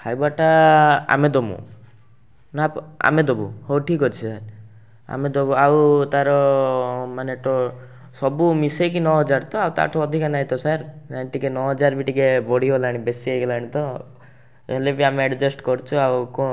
ଖାଇବାଟା ଆମେ ଦେମୁ ନା ଆ ଆମେ ଦେବୁ ହେଉ ଠିକ୍ ଅଛେ ଆମେ ଦେବୁ ଆଉ ତାର ମାନେ ତ ସବୁ ମିଶେଇକି ନଅହଜାର ତ ଆଉ ତା'ଠୁ ଅଧିକା ନାଇଁ ତ ସାର ନଅହଜାର ବି ଟିକିଏ ବଢ଼ିଗଲାଣି ବେଶୀ ହେଇଗଲାଣି ତ ହେଲେ ବି ଆମେ ଆଡ଼ଜଷ୍ଟ କରୁଛୁ ଆଉ